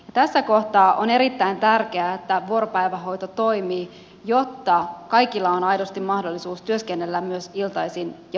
tässä kohtaa on erittäin tärkeää että vuoropäivähoito toimii jotta kaikilla on aidosti mahdollisuus työskennellä myös iltaisin ja viikonloppuisin